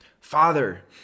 Father